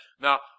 Now